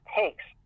takes